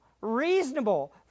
reasonable